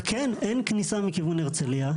כן אין כניסה מכיוון הרצליה.